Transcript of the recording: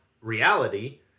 reality